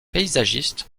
paysagiste